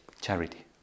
charity